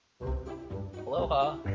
Aloha